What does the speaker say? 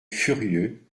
furieux